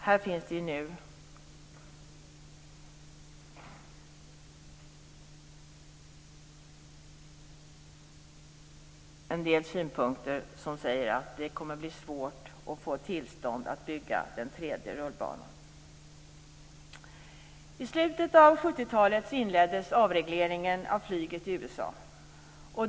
Det finns dock en del som säger att det kommer att bli svårt att få tillstånd att bygga den tredje rullbanan. I slutet av 70-talet inleddes avregleringen av flyget i USA.